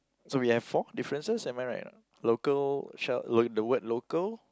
so we have four differences am I right or not local shell the word local